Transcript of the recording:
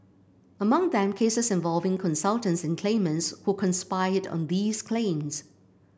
among them cases involving consultants and claimants who conspired on these claims